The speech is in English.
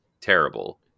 terrible